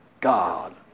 God